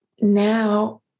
now